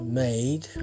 made